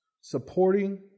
supporting